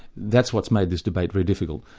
that's what's made this debate very difficult.